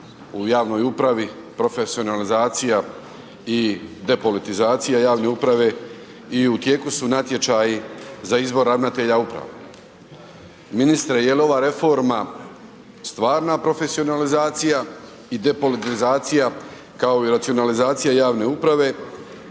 u javnoj upravi, profesionalizacija i depolitizacija javne uprave i u tijeku su natječaji za izbor ravnatelja uprava. Ministre, je li ova reforma stvarna profesionalizacija i depolitizacija kao i racionalizacija javne uprave?